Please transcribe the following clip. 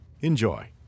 Enjoy